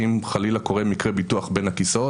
שאם חלילה קורה מקרה ביטוח שנופל בין הכיסאות,